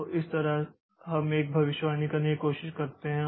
तो इस तरह हम एक भविष्यवाणी करने की कोशिश करते हैं